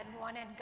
wanted